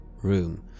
room